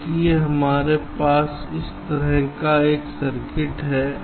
इसलिए हमारे पास इस तरह का एक सर्किट है